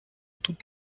тут